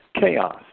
chaos